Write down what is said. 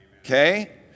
okay